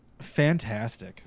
Fantastic